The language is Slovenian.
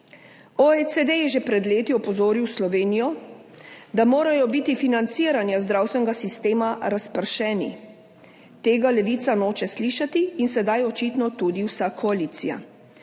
OECD je že pred leti opozoril Slovenijo, da mora biti financiranje zdravstvenega sistema razpršeno. Tega Levica noče slišati in sedaj očitno tudi vsa koalicija.